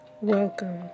Welcome